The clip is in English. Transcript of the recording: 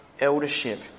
eldership